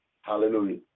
hallelujah